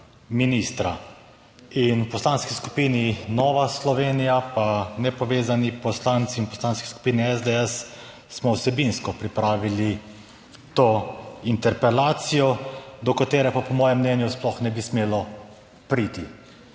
ministra in v Poslanski skupini Nova Slovenija pa Nepovezani poslanci in v Poslanski skupini SDS smo vsebinsko pripravili to interpelacijo, do katere pa po mojem mnenju sploh ne bi smelo priti.